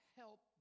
help